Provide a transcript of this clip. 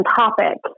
topic